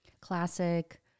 classic